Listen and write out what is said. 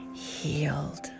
Healed